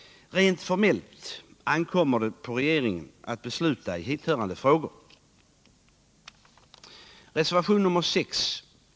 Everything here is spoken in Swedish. Rent formellt ankommer det på regeringen att besluta i hithörande frågor.